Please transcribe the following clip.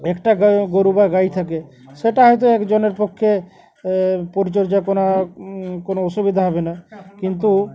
একটা গায়ে গরু বা গাই থাকে সেটা হয়তো একজনের পক্ষে পরিচর্যা কোনা কোনো অসুবিধা হবে না কিন্তু